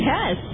Yes